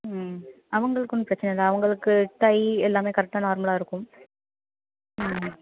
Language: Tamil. ம் அவங்களுக்கு ஒன்றும் பிரச்சனை இல்லை அவங்களுக்கு டை எல்லாமே கரக்ட்டாக நார்மலாக இருக்கும் ம்